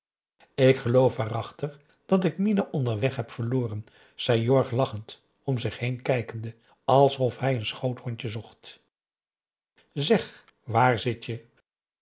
ik geloof waarachtig dat ik mina onderweg heb verloren zei jorg lachend om zich heen kijkende alsof hij een schoothondje zocht zeg waar zit je